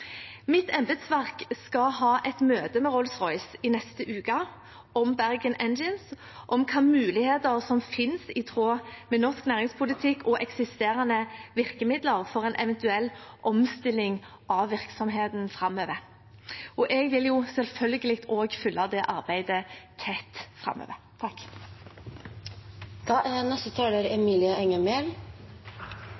Mitt embetsverk skal i neste uke ha et møte med Rolls-Royce om Bergen Engines og hvilke muligheter som finnes i tråd med norsk næringspolitikk og eksisterende virkemidler for en eventuell omstilling av virksomheten framover. Jeg vil selvfølgelig også følge det arbeidet tett framover.